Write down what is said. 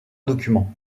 documents